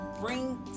bring